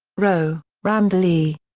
rohe, randall e.